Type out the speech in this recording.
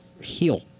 heal